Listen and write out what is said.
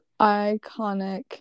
iconic